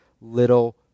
little